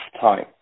time